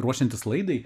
ruošiantis laidai